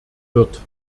wird